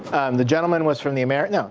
the gentleman was from the american, no,